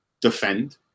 defend